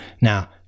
Now